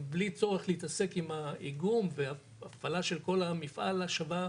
בלי צורך להתעסק עם האיגום והפעלה של כל מפעל השבה,